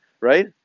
right